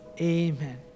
amen